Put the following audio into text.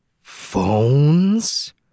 phones